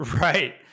Right